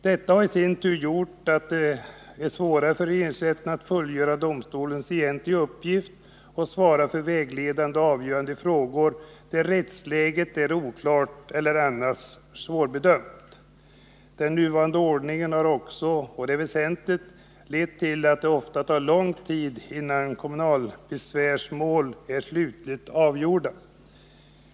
Detta har i sin tur gjort det svårare för regeringsrätten att fullgöra domstolens egentliga uppgift, att svara för vägledande avgöranden i frågor där rättsläget är oklart eller annars svårbedömt. Den nuvarande ordningen har också — och det är väsentligt — lett till att det ofta tar lång tid innan ett kommunalbesvärsmål är slutligt avgjort.